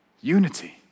Unity